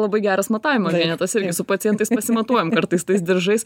labai geras matavimo vienetas su pacientais pasimatuojam kartais tais diržais